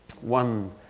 one